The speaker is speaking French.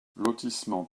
lotissement